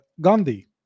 Gandhi